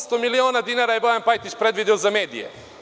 Osamsto miliona dinara je Bojan Pajtić predvideo za medije.